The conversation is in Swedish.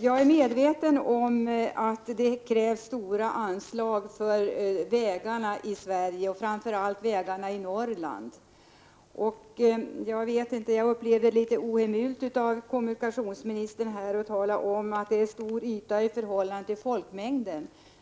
Jag är medveten om att det krävs stora anslag för vägarna i Sverige och framför allt vägarna i Norrland. Jag upplever det som ohemult av kommunikationsministern att tala om att det gäller en stor yta i förhållande till folkmängden.